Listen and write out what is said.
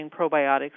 probiotics